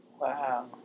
Wow